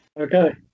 Okay